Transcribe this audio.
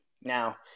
Now